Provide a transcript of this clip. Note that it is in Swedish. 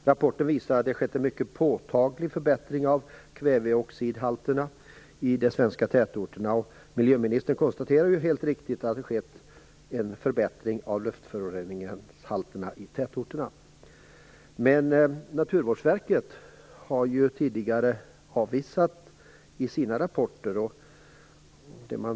Den rapporten visar att det skett en mycket påtaglig förbättring beträffande kväveoxidhalterna i svenska tätorter. Miljöministern konstaterar helt riktigt att det har skett en förbättring när det gäller luftföroreningshalterna i tätorter. Naturvårdsverket har dock tidigare i sina rapporter varit avvisande här.